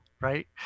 right